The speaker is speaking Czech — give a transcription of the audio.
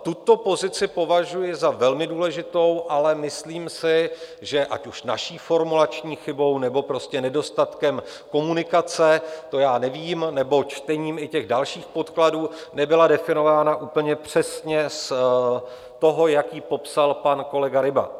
Tuto pozici považuji za velmi důležitou, ale myslím si, že ať už naší formulační chybou, nebo prostě nedostatkem komunikace, to já nevím, nebo čtením i dalších podkladů nebyla definována úplně přesně z toho, jak ji popsal pan kolega Ryba.